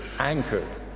Anchored